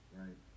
right